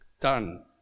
done